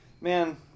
Man